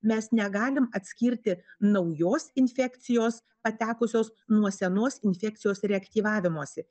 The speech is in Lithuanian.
mes negalim atskirti naujos infekcijos patekusios nuo senos infekcijos reaktyvavimosi